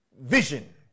vision